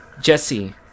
Jesse